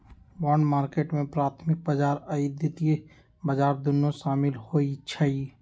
bond market में प्राथमिक बजार आऽ द्वितीयक बजार दुन्नो सामिल होइ छइ